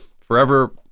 forever